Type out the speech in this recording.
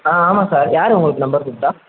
ஆ ஆமாம் சார் யார் உங்களுக்கு நம்பர் கொடுத்தா